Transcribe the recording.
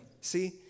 See